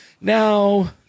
Now